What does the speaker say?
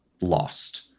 lost